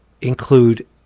include